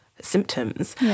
symptoms